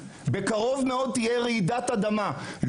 בקרוב מאוד תהיה רעידת אדמה בעולם כולו,